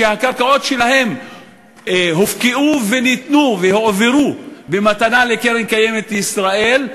שהקרקעות שלהם הופקעו וניתנו והועברו במתנה לקרן קיימת לישראל,